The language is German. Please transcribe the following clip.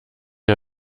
ihr